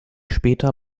später